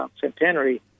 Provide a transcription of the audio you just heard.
centenary